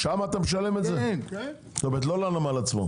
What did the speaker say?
שם אני משלם - לא לנמל עצמו.